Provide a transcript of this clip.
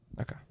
Okay